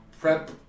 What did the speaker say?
prep